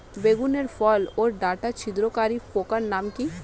বেগুনের ফল ওর ডাটা ছিদ্রকারী পোকার নাম কি?